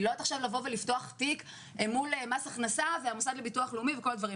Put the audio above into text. אני לא יודעת לפתוח תיק במס הכנסה והמוסד לביטוח לאומי וכל זה.